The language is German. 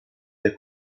der